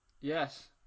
Yes